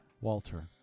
Walter